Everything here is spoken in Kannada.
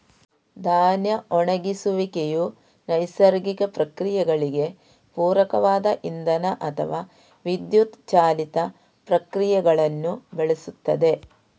ಧಾನ್ಯ ಒಣಗಿಸುವಿಕೆಯು ನೈಸರ್ಗಿಕ ಪ್ರಕ್ರಿಯೆಗಳಿಗೆ ಪೂರಕವಾದ ಇಂಧನ ಅಥವಾ ವಿದ್ಯುತ್ ಚಾಲಿತ ಪ್ರಕ್ರಿಯೆಗಳನ್ನು ಬಳಸುತ್ತದೆ